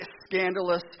scandalous